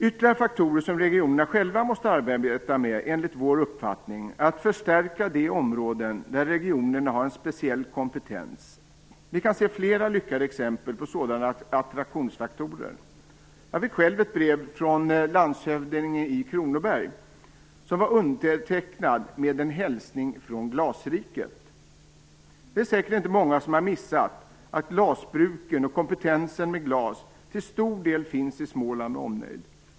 Ytterliga faktorer som regionerna själva måste arbeta med enligt vår uppfattning är att förstärka de områden där regionerna har en speciell kompetens. Vi kan se flera lyckade exempel på sådana attraktionsfaktorer. Jag fick själv ett brev från landshövdingen i Kronoberg som var undertecknat med en hälsning från Glasriket. Det är säkert inte många som har missat att glasbruken och kompetensen med glas till stor del finns i Småland med omnejd.